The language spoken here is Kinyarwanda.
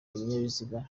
ibinyabiziga